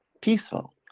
Peaceful